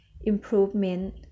improvement